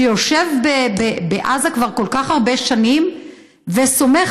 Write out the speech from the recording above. שיושב בעזה כבר כל כך הרבה שנים וסומך